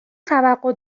توقع